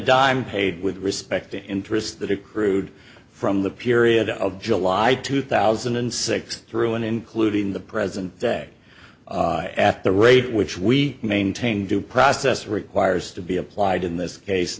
dime paid with respect the interest that accrued from the period of july two thousand and six through an including the present day at the rate which we maintain due process requires to be applied in this case